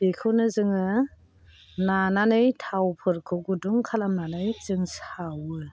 बेखौनो जोङो नानानै थावफोरखौ गुदुं खालामनानै जों सावो